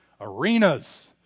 arenas